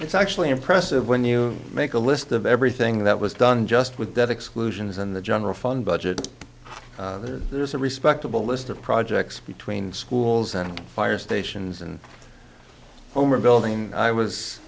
it's actually impressive when you make a list of everything that was done just with debt exclusions and the general fund budget there's a respectable list of projects between schools and fire stations and when rebuilding i was